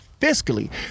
Fiscally